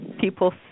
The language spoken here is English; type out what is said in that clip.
people